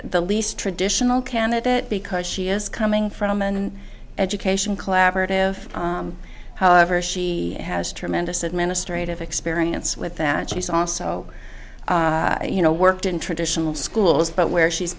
the least traditional candidate because she is coming from and education collaborative however she has tremendous administrative experience with that she's also you know worked in traditional schools but where she